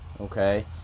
Okay